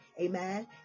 Amen